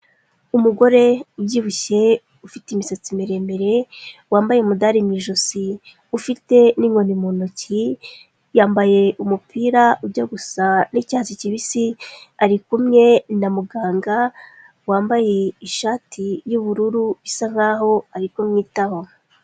Umugore ubyibushye, ufite imisatsi miremire, wambaye umudari mu ijosi, ufite n'inkoni mu ntoki, yambaye umupira ujya gusa n'icyatsi kibisi, ari kumwe na muganga wambaye ishati y'ubururu, bisa nk'aho ari kumwitaho.